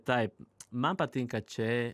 taip man patinka čia